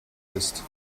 ist